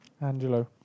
Angelo